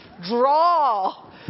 Draw